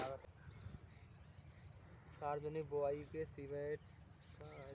पौधा मे कीट लागै पर ओकर पात पर दाग धब्बा बनि जाइ छै